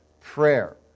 prayer